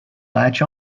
latch